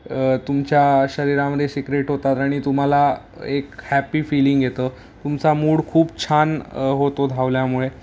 तुमच्या शरीरामध्ये सिक्रिट होतात आणि तुम्हाला एक हॅपी फीलिंग येतं तुमचा मूड खूप छान होतो धावल्यामुळे